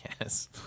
Yes